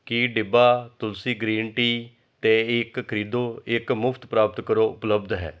ਕੀ ਡਿੱਬਾ Tulsi green tea 'ਤੇ ਇੱਕ ਖਰੀਦੋ ਇੱਕ ਮੁਫ਼ਤ ਪ੍ਰਾਪਤ ਕਰੋ ਉਪਲੱਬਧ ਹੈ